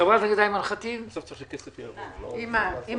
חברת